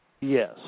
Yes